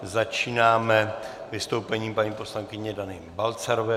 Začínáme vystoupením paní poslankyně Dany Balcarové.